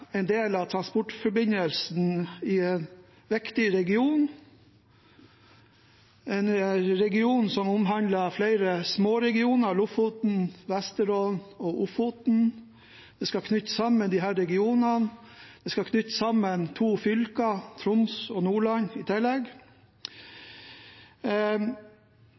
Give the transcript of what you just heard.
en del av transportforbindelsen i en viktig region, en region som omfatter flere småregioner – Lofoten, Vesterålen og Ofoten. Man skal knytte sammen disse regionene, man skal i tillegg knytte sammen to fylker – Troms og Nordland.